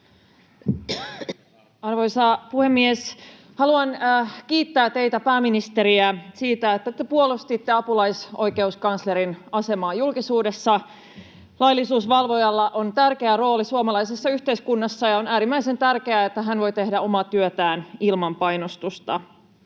Arvoisa puhemies! Haluan kiittää teitä, pääministeri, siitä, että te puolustitte apulaisoikeuskanslerin asemaa julkisuudessa. Laillisuusvalvojalla on tärkeä rooli suomalaisessa yhteiskunnassa, ja on äärimmäisen tärkeää, että hän voi tehdä omaa työtään ilman painostusta.